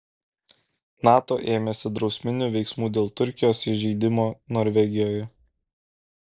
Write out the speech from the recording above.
nato ėmėsi drausminių veiksmų dėl turkijos įžeidimo norvegijoje